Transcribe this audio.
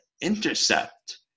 intercept